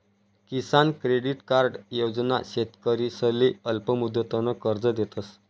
किसान credit card योजना शेतकरीसले अल्पमुदतनं कर्ज देतस